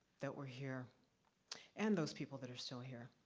that were here and those people that are still here.